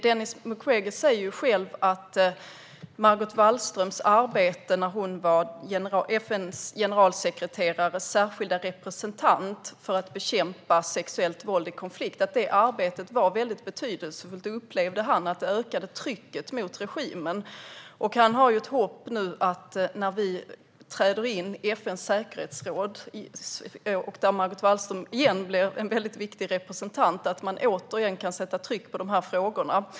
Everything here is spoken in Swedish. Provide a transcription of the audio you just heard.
Denis Mukwege säger själv att Margot Wallströms arbete när hon var FN:s generalsekreterares särskilda representant för att bekämpa sexuellt våld i konflikter var väldigt betydelsefullt. Han upplevde att det ökade trycket mot regimen. Han har ett hopp om att när vi nu träder in i FN:s säkerhetsråd, där Margot Wallström igen blir en väldigt viktig representant, kan man återigen sätta tryck på de frågorna.